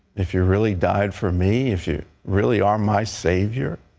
if you really died for me, if you really are my savior,